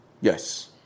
Yes